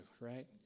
right